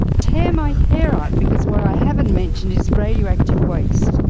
tear my hair out because what i haven't mentioned is radioactive waste.